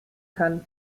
kann